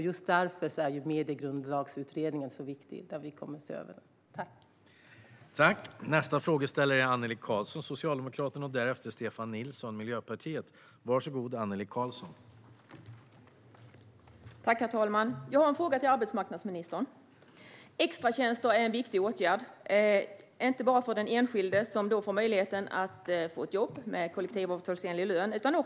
Just därför är Mediegrundlagsutredningen, där vi kommer att se över den, så viktig.